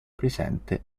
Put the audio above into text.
presente